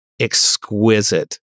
exquisite